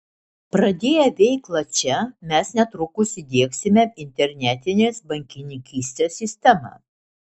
pradėję veiklą čia mes netrukus įdiegsime internetinės bankininkystės sistemą